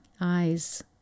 eyes